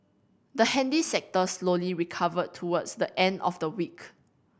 the handy sector slowly recovered towards the end of the week